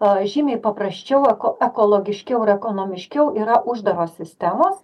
a žymiai paprasčiau eko ekologiškiau ir ekonomiškiau yra uždaros sistemos